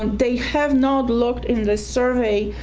um they have not looked in the survey